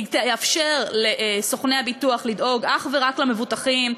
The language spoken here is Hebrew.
יאפשר לסוכני הביטוח לדאוג אך ורק למבוטחים,